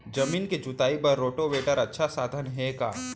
जमीन के जुताई बर रोटोवेटर अच्छा साधन हे का?